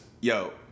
yo